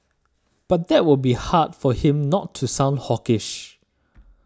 but that it will be hard for him not to sound hawkish